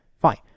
Fine